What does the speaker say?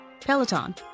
Peloton